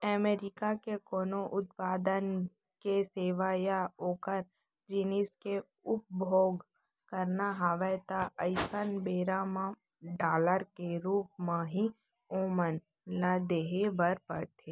अमरीका के कोनो उत्पाद के सेवा या ओखर जिनिस के उपभोग करना हवय ता अइसन बेरा म डॉलर के रुप म ही ओमन ल देहे बर परथे